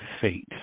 fate